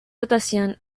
rotación